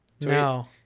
No